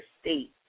state